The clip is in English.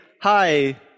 hi